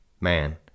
Man